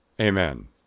Amen